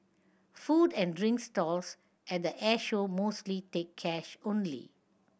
food and drink stalls at the Airshow mostly take cash only